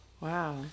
Wow